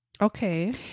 Okay